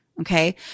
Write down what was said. Okay